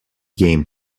game